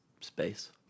space